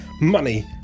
money